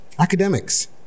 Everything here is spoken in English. Academics